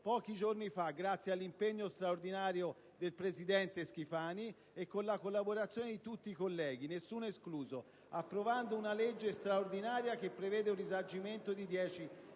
pochi giorni fa, grazie all'impegno straordinario del presidente Schifani e con la collaborazione di tutti i colleghi, nessuno escluso, approvando una legge straordinaria che prevede un risarcimento di 10 milioni